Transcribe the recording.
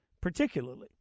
particularly